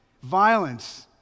violence